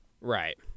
right